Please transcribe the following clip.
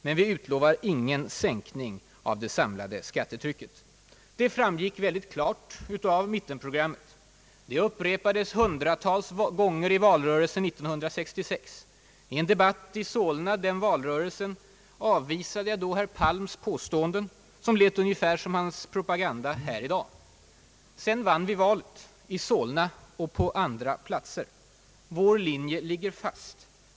Men vi utlovar ingen sänkning av det samlade skattetrycket. Det framgick och framgår mycket klart av mittenprogrammet. Det upprepades hundratals gånger i valrörelsen 1966. I en debatt i Solna som vi hade i den valrörelsen avvisade jag herr Palms påståenden, som lät ungefär som hans propaganda här i dag. Sedan vann vi valet — i Solna och på andra platser. Vår linje ligger fast.